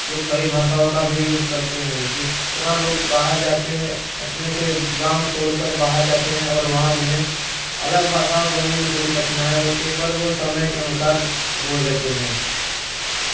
लोग खड़ी भाषाओं का भी यूज करते हैं जिस तरह लोग बाहर जाकर अपने से गाँव छोड़कर बाहर जाते हैं और वहाँ उन्हें अलग भाषा बोलने में थोड़ी कठिनाई होती है पर वो समय के अनुसार बोल लेते हैं